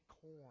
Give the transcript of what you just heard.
corn